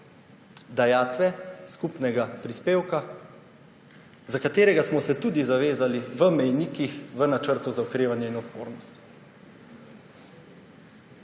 dajatve skupnega prispevka, za katerega smo se tudi zavezali v mejnikih v načrtu za okrevanje in odpornost.